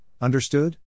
understood